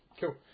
Cool